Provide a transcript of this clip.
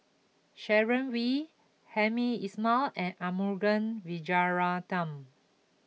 Sharon Wee Hamed Ismail and Arumugam Vijiaratnam